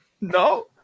No